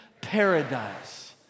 Paradise